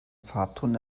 farbton